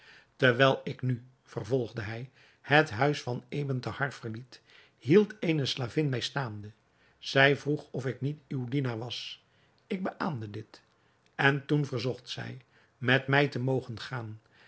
terwijl ik nu vervolgde hij het huis van ebn thahar verliet hield eene slavin mij staande zij vroeg of ik niet uw dienaar was ik beäamde dit en toen verzocht zij met mij te mogen gaan